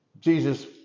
Jesus